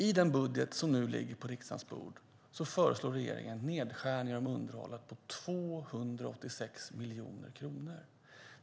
I den budget som nu ligger på riksdagens bord föreslår regeringen nedskärningar av underhållet på 286 miljoner kronor.